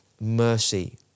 mercy